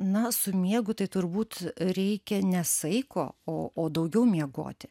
na su miegu tai turbūt reikia ne saiko o o daugiau miegoti